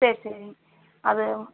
சரி சரிங்க அது